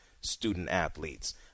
student-athletes